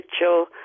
Mitchell